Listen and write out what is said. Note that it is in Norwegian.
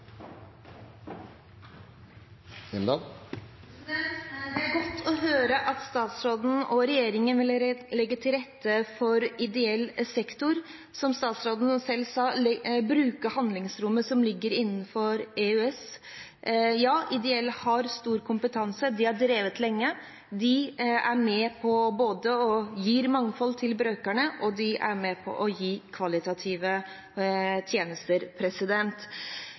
krevende. Det er godt å høre at statsråden og regjeringen vil legge til rette for ideell sektor, og som statsråden selv sa, bruke handlingsrommet som ligger innenfor EØS. Ja, de ideelle har stor kompetanse, de har drevet lenge, de er med på å gi mangfold til brukerne, og de er med på å gi kvalitative tjenester.